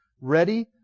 Ready